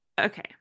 okay